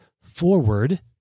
forward